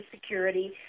security